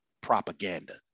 propaganda